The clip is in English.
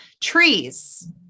Trees